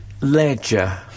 ledger